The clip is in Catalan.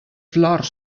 flors